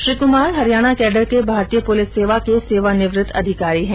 Shri Kumar Haryana cadre के भारतीय police सेवा के सेवानिवृत अधिकारी हैं